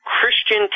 Christian